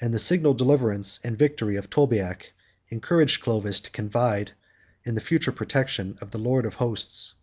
and the signal deliverance and victory of tolbiac encouraged clovis to confide in the future protection of the lord of hosts.